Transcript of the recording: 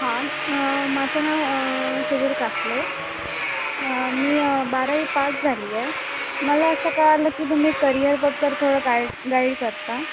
हां माझं नाव सुजुल कास्ले मी बारावी पास झाली आहे मला असं कळलं की तुम्ही करियरबद्दल थोडं गाईड गाईड करता